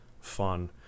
fun